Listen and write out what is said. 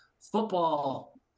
football